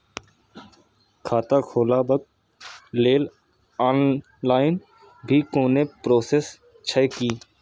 खाता खोलाबक लेल ऑनलाईन भी कोनो प्रोसेस छै की?